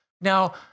Now